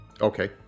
Okay